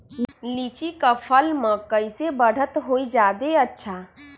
लिचि क फल म कईसे बढ़त होई जादे अच्छा?